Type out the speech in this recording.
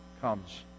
comes